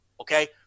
Okay